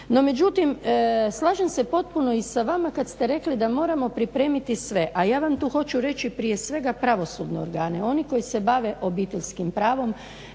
No međutim, slažem se potpuno i sa vama kad ste rekli da moramo pripremiti sve, a ja vam tu hoću reći prije svega pravosudne organe. Oni koji se bave obiteljskim pravom